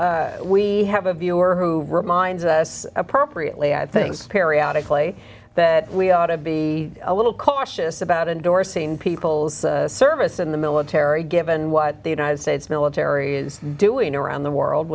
all we have a viewer who reminds us appropriately i think periodic play that we ought to be a little cautious about endorsing people's service in the military given what the united states military is doing around the world